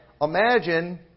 imagine